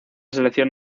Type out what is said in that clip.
selección